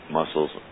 muscles